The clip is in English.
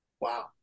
Wow